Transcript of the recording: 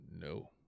No